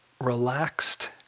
relaxed